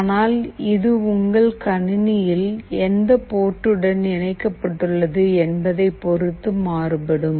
ஆனால் இது உங்கள் கணினியில் எந்த போர்ட்டுடன் இணைக்கப்பட்டுள்ளது என்பதைப் பொறுத்து மாறுபடும்